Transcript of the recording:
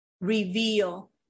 Reveal